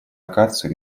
акацию